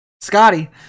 Scotty